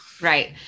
Right